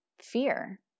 fear